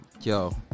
Yo